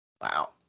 Wow